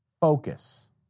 Focus